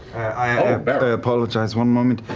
i but i apologize, one moment.